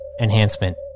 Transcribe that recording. enhancement